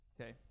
Okay